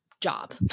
job